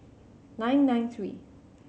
nine nine three